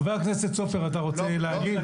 חבר הכנסת סופר, אתה רוצה להגיב?